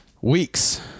Weeks